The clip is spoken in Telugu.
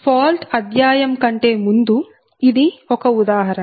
ఫాల్ట్ అధ్యాయం కంటే ముందు ఇది ఒక ఉదాహరణ